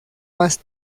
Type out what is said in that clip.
más